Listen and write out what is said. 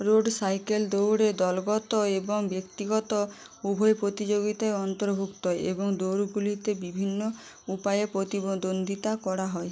road cycle দৌড়ে দলগত এবং ব্যক্তিগত উভয় প্রতিযোগিতাই অন্তর্ভুক্ত এবং দৌড়গুলিতে বিভিন্ন উপায়ে প্রতিবোদ্বন্দ্বিতা করা হয়